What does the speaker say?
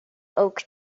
oak